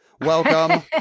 Welcome